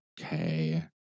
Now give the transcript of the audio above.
okay